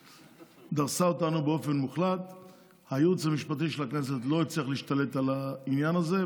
הייעוץ המשפטי של הכנסת לא הצליח להשתלט על העניין הזה,